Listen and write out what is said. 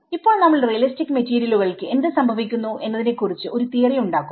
ഇപ്പോൾ നമ്മൾ റിയലിസ്റ്റിക്സ് മെറ്റീരിയലുകൾക്ക് എന്ത് സംഭവിക്കുന്നു എന്നതിനെ കുറിച്ച് ഒരു തിയറി ഉണ്ടാക്കും